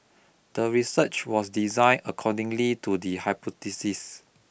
the research was designe according to the hypothesis